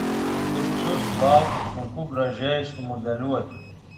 šiurkščius plaukus sunku gražiai sumodeliuoti